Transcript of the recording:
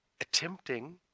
attempting